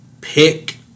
pick